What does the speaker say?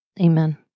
Amen